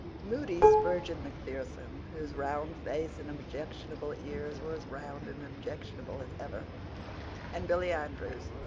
moody spurgeon macpherson, whose round face and objectionable ears were as round and objectionable as ever and billy andrews,